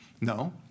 No